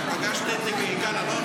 רגע, פגשת את יגאל אלון?